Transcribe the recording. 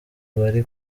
bari